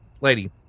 lady